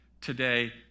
today